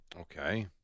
Okay